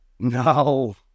No